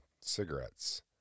cigarettes